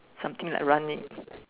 something like run leh